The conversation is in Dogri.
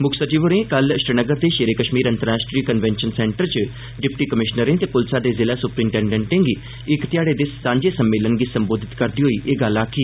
मुक्ख सचिव होरें कल श्रीनगर दे षेरे कष्मीर अंतर्राष्ट्री कन्वेंषन सेंटर च डिप्टी कमिषनरें ते पुलसा दे जिला सुप्रीन्टेंडेंटें दे इक ध्याड़े दे सांझे सम्मेलन गी संबोधित करदे होई एह गल्ल आखी